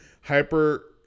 hyper